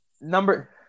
Number